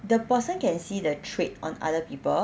the person can see the trait on other people